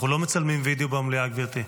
אנחנו לא מצלמים וידיאו במליאה, גברתי.